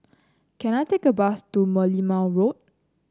can I take a bus to Merlimau Road